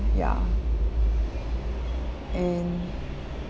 ya and